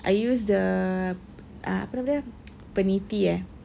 I use the ah apa nama dia peniti eh